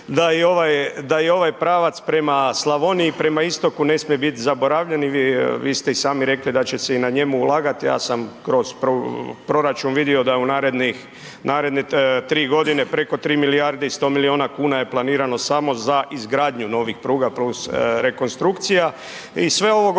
da i ovaj pravac prema Slavoniji, prema Istoku ne smije biti zaboravljen. Vi ste i sami rekli da će se i na njemu ulagati. Ja sam kroz proračun vidio da je u narednih, naredne 3 godine preko 3 milijarde i 100 milijuna kuna je planirano samo za izgradnju novih pruga plus rekonstrukcija. I sve ovo